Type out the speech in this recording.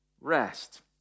rest